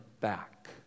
back